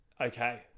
Okay